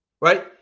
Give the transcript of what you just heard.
right